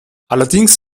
allerdings